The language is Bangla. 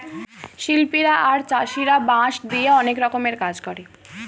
শিল্পীরা আর চাষীরা বাঁশ দিয়ে অনেক রকমের কাজ করে